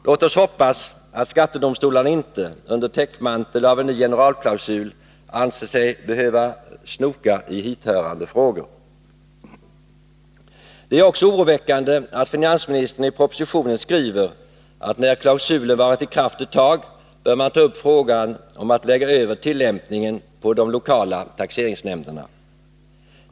Låt oss hoppas att skattedomstolarna inte, under täckmantel av en ny generalklausul, anser sig behöva snoka i hithörande frågor. Det är också oroväckande att finansministern i propositionen skriver, att när klausulen varit i kraft ett tag, bör man ta upp frågan om att lägga över tillämpningen på de lokala taxeringsnämnderna.